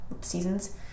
seasons